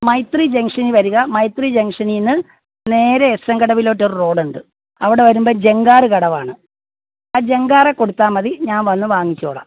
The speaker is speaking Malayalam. മൈത്രി ജംഗ്ഷനിൽ വരിക മൈത്രി ജംഗ്ഷനിൽ നിന്ന് നേരെ എസ്എൻ കടവിലോട്ട് ഒരു റോഡുണ്ട് അവിടെ വരുമ്പോൾ ജങ്കാറ് കടവാണ് ആ ജങ്കാറേ കൊടുത്താൽ മതി ഞാൻ വന്നു വാങ്ങിച്ചോളാം